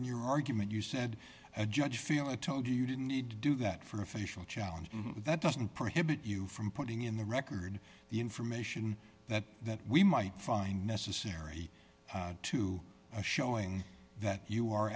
in your argument you said a judge feel i told you you didn't need to do that for official challenge and that doesn't prohibit you from putting in the record the information that we might find necessary to a showing that you are